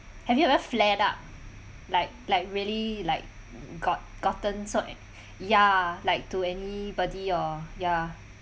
have you ever flared up like like really like got gotten so a~ ya like to anybody or ya